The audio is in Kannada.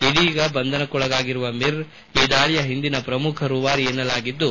ಇದೀಗ ಬಂಧನಕ್ಕೊಳಗಾಗಿರುವ ಮಿರ್ ಈ ದಾಳಿಯ ಹಿಂದಿನ ಪ್ರಮುಖ ರೂವಾರಿ ಎನ್ನಲಾಗಿದ್ದು